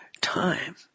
time